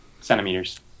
centimeters